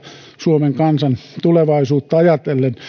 suomen kansan tulevaisuutta ajatellen eli